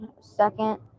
second